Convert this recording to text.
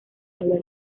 hablar